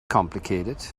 complicated